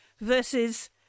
versus